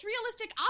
realistic